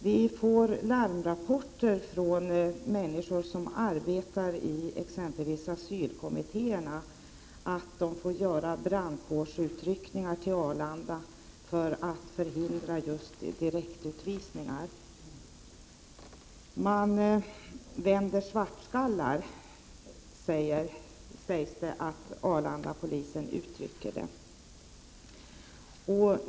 Det kommer larmrapporter från människor som arbetar i exempelvis asylkommittéerna om att man får göra brandkårsutryckningar till Arlanda för att för hindra just direktavvisningar. Det sägs att polisen på Arlanda benämner detta som att ”man vänder svartskallar”.